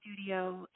studio